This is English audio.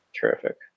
Terrific